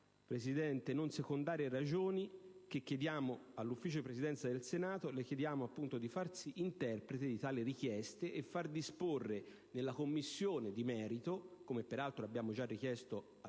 Presidente - non secondarie ragioni, che chiediamo alla Presidenza del Senato di farsi interprete di tali richieste e di far disporre nella Commissione di merito, come peraltro abbiamo già richiesto al